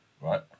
right